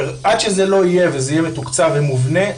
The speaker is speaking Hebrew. ועד שזה לא יהיה וזה יהיה מתוקצב ומובנה,